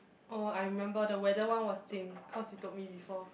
oh I remember the weather one was Jing cause you told me before